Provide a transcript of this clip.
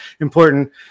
important